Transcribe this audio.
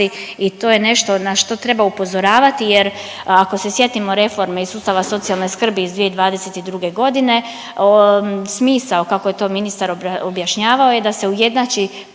i to je nešto na što treba upozoravati jer ako se sjetimo reforme iz sustava socijalne skrbi iz 2022. godine, smisao kako je to ministar objašnjavao je da se ujednači